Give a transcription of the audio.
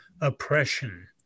oppression